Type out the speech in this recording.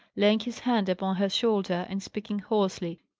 laying his hand upon her shoulder, and speaking hoarsely.